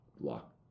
lock